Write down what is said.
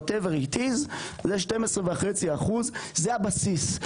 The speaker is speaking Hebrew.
זה 12.5%. זה הבסיס.